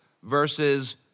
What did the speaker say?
versus